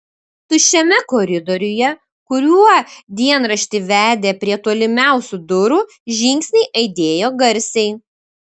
tuščiame koridoriuje kuriuo dienraštį vedė prie tolimiausių durų žingsniai aidėjo garsiai